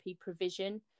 provision